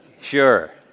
Sure